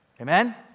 Amen